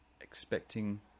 expecting